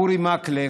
אורי מקלב,